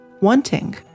wanting